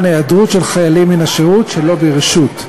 היעדרות של חיילים מן השירות שלא ברשות.